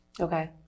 Okay